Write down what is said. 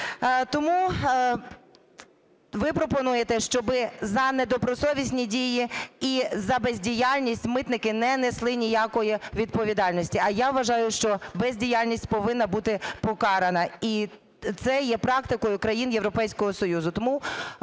Тому... Ви пропонуєте, щоби за недобросовісні дії і за бездіяльність митники не несли ніякої відповідальності, а я вважаю, що бездіяльність повинна бути покарана, і це є практикою країн Європейського Союзу.